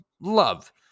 love